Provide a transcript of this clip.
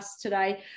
today